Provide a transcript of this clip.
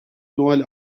noel